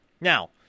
Now